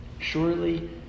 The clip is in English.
Surely